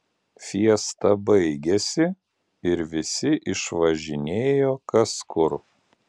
fiesta baigėsi ir visi išvažinėjo kas kur